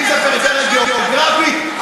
ואם פריפריה גיאוגרפית,